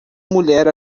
mulher